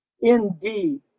indeed